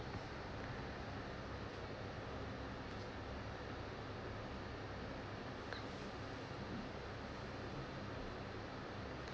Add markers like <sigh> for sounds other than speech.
<breath>